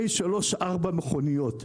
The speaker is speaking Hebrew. ארבע עבודות,